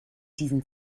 diesen